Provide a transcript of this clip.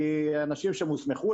כי אנשים שם הוסמכו,